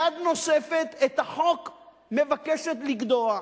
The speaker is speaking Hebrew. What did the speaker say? יד נוספת את החוק מבקשת לגדוע?